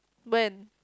when